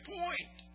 point